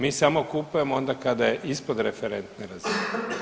Mi samo kupujemo onda kada je ispod referentne razine.